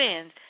sins